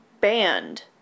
banned